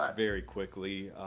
um very quickly,